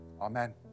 Amen